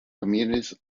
communities